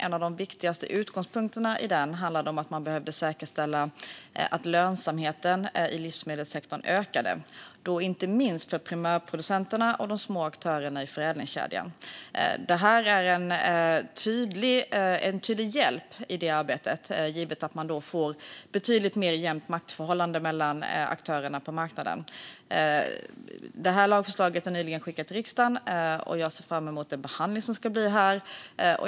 En av de viktigaste utgångspunkterna i den handlade om att man behövde säkerställa att lönsamheten i livsmedelssektorn ökade, inte minst för primärproducenterna och de små aktörerna i förädlingskedjan. Det här är en tydlig hjälp i det arbetet, givet att man får ett betydligt jämnare maktförhållande mellan aktörerna på marknaden. Lagförslaget är nyligen skickat till riksdagen, och jag ser fram emot den behandling som ska ske här.